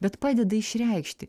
bet padeda išreikšti